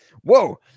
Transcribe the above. whoa